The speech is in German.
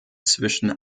zwischen